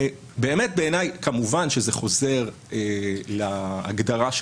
באמת בעיניי כמובן שזה חוזר להגדרה של